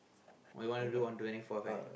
what you want to do on twenty fourth ah